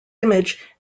image